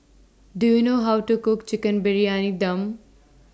Do YOU know How to Cook Chicken Briyani Dum